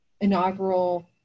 inaugural